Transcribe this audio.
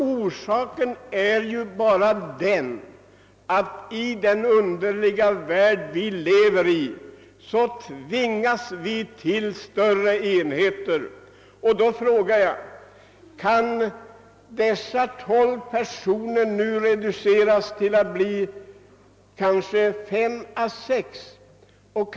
Orsaken är ju bara den att i den underliga värld vari vi lever tvingas vi att skapa större enheter. Då frågar jag: Kan dessa tolv personer nu reduceras till att bli kanske fem eller sex?